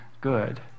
good